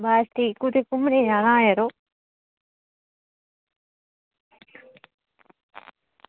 बस ठीक कुतै घूमने गी जाना हा यरो